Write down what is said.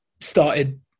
started